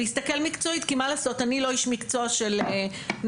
להסתכל מקצועית כי מה לעשות אני לא איש מקצוע של נגישון.